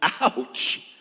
Ouch